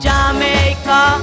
Jamaica